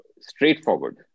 straightforward